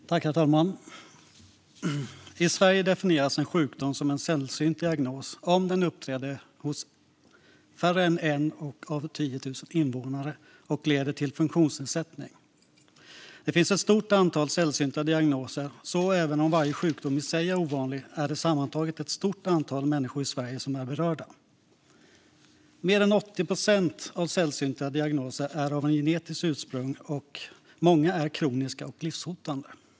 Herr talman! I Sverige definieras en sjukdom som en sällsynt diagnos om den uppträder hos färre än 1 av 10 000 invånare och leder till funktionsnedsättning. Det finns ett stort antal sällsynta diagnoser, så även om varje sjukdom i sig är ovanlig är det sammantaget ett stort antal människor i Sverige som är berörda. Mer än 80 procent av sällsynta diagnoser är av genetiskt ursprung, och många är kroniska och livshotande.